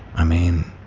i mean,